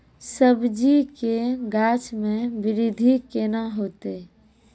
सब्जी के गाछ मे बृद्धि कैना होतै?